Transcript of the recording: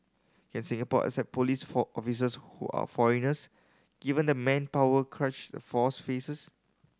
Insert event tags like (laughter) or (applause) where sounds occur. can Singapore accept police (unintelligible) officers who are foreigners given the manpower crunch the force faces